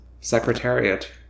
Secretariat